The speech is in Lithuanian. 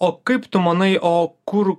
o kaip tu manai o kur